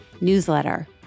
newsletter